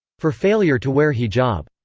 for failure to wear hijab.